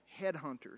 headhunters